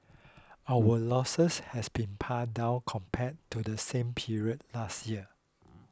our losses has been pared down compared to the same period last year